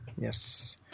Yes